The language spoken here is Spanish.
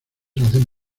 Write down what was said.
hacen